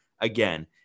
Again